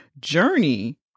journey